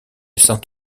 saint